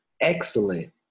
excellent